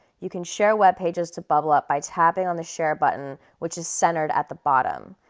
you can share web pages to bublup by tapping on the share button which is centered at the bottom,